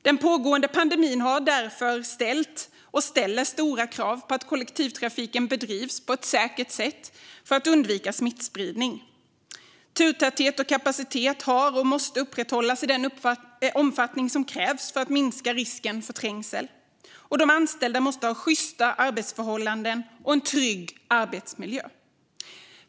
Den pågående pandemin har därför ställt och ställer stora krav på att kollektivtrafiken bedrivs på ett säkert sätt för att undvika smittspridning. Turtäthet och kapacitet måste upprätthållas i den omfattning som krävs för att minska risken för trängsel, och de anställda måste ha sjysta arbetsförhållanden och trygg arbetsmiljö.